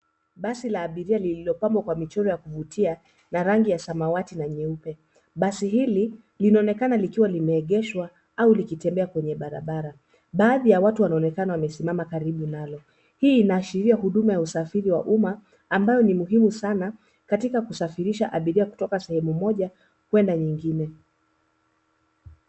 Basi la abiria lililopambwa kwa michoro ya kuvutia na rangi ya samawati na nyeupe. Basi hili linaonekana likiwa limeegeshwa au likitembea kwenye barabara. Baadhi ya watu wanaonekana wamesimama karibu nalo. Hii inaashiria huduma ya usafiri wa umma ambayo ni muhimu sana katika kusafirisha abiria kutoka sehemu moja kwenda nyingine.